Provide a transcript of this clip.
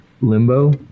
limbo